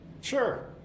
Sure